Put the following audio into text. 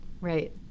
Right